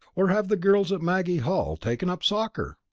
or have the girls at maggie hall taken up soccer?